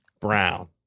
Brown